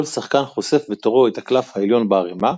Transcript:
כל שחקן חושף בתורו את הקלף העליון בערימה,